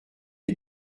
ait